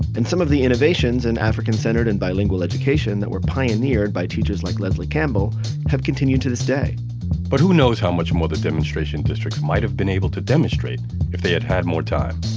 and some of the innovations in african-centered and bilingual education that were pioneered by teachers like leslie campbell have continued to this day but who knows how much more the demonstration district might have been able to demonstrate if they had had more time?